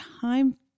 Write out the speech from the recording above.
time